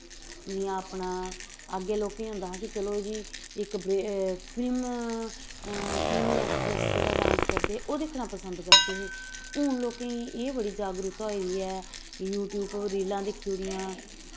जि'यां अपना अग्गे लोकें होंदा हा कि चलो जी इक फिल्म फिल्मी ऐक्टरस जेह्ड़ा डांस करदे ओह् दिक्खना पसंद करदे हे हून लोकें गी एह् बड़ा जागरुकता होई दी ऐ यूटयूब पर रीलां दिक्खी ओड़ियां